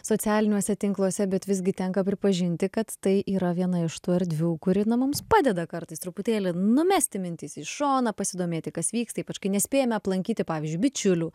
socialiniuose tinkluose bet visgi tenka pripažinti kad tai yra viena iš tų erdvių kuri na mums padeda kartais truputėlį numesti mintis į šoną pasidomėti kas vyksta ypač kai nespėjame aplankyti pavyzdžiui bičiulių